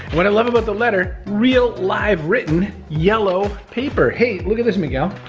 what i love about the letter, real live written, yellow paper. hey, look at this, miguel.